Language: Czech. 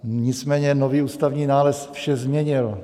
Nicméně nový ústavní nález vše změnil.